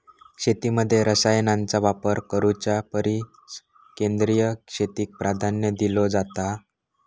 शेतीमध्ये रसायनांचा वापर करुच्या परिस सेंद्रिय शेतीक प्राधान्य दिलो जाता